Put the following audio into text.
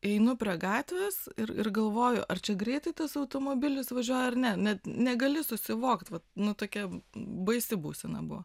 einu prie gatvės ir ir galvoju ar čia greitai tas automobilis važiuoja ar ne net negali susivokt vat nu tokia baisi būsena buvo